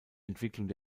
entwicklung